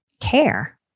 care